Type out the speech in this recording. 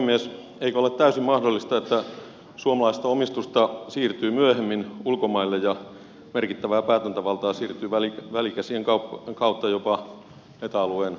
eikö ole täysin mahdollista että suomalaista omistusta siirtyy myöhemmin ulkomaille ja merkittävää päätäntävaltaa siirtyy välikäsien kautta jopa eta alueen ulkopuoliselle taholle